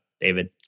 David